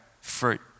fruit